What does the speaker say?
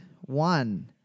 one